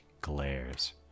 glares